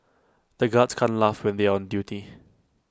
the guards can't laugh when they are on duty